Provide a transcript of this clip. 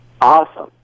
Awesome